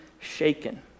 shaken